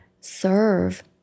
serve